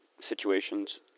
situations